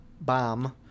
bomb